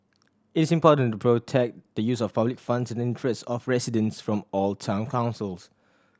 is important to protect the use of public funds in the interest of residents from all town councils